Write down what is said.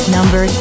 Number